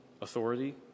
authority